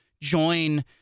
join